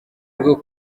rwo